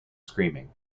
screaming